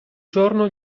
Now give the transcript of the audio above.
giorno